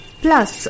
plus